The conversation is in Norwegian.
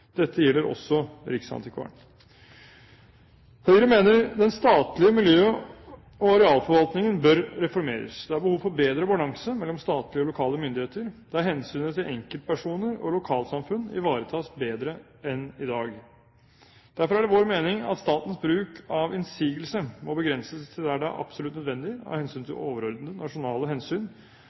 Dette gjelder også riksantikvaren. Høyre mener den statlige miljø- og arealforvaltningen bør reformeres. Det er behov for bedre balanse mellom statlige og lokale myndigheter, der hensynet til enkeltpersoner og lokalsamfunn ivaretas bedre enn i dag. Derfor er det vår mening at statens bruk av innsigelse må begrenses til der det er absolutt nødvendig av hensyn til overordnede nasjonale